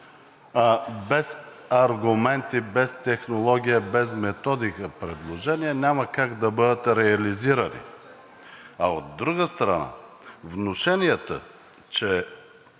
без аргументи, без технология, без методика, предложения, няма как да бъдат реализирани. От друга страна, внушенията, че